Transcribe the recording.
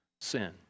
sin